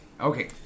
Okay